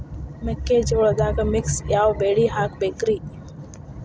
ಮೆಕ್ಕಿಜೋಳದಾಗಾ ಮಿಕ್ಸ್ ಯಾವ ಬೆಳಿ ಹಾಕಬೇಕ್ರಿ?